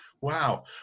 Wow